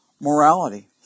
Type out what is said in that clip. morality